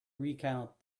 recount